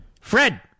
Fred